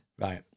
Right